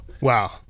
Wow